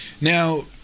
Now